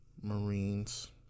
Marines